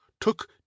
took